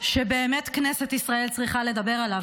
שבאמת כנסת ישראל צריכה לדבר עליו,